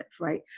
right